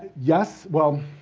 yes, well,